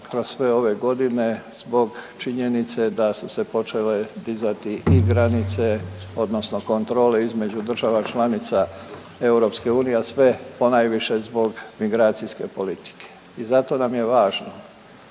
kroz sve ove godine zbog činjenice da su se počele dizati i granice odnosno kontrole između država članica EU, a sve ponajviše zbog migracijske politike. I zato nam je važno